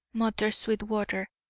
muttered sweetwater,